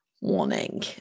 warning